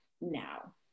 now